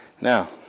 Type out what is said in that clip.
Now